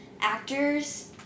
actors